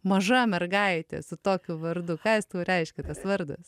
maža mergaitė su tokiu vardu ką jis tau reiškia tas vardas